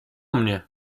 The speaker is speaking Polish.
mnie